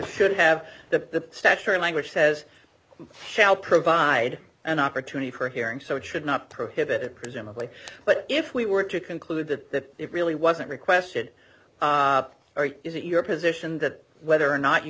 should have the statutory language says shall provide an opportunity for hearing so it should not prohibit it presumably but if we were to conclude that it really wasn't requested or is it your position that whether or not you